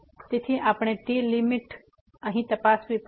તેથી આપણે તે લીમીટ અહીં તપાસવી પડશે